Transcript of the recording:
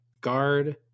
Guard